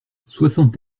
soixante